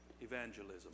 evangelism